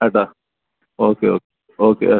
കേട്ടോ okay okay ഓക്കെയാ